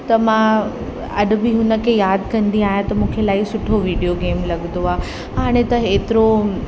त मां अॼु बि हुन खे ई यादि कंदी आहियां त मूंखे इलाही सुठो वीडियो गेम लगदो आहे हाणे त एतिरो